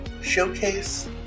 Showcase